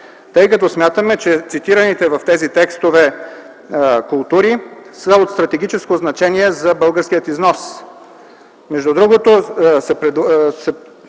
тъй като смятаме, че цитираните в тези текстове култури са от стратегическо значение за българския износ. Между другото се предлага да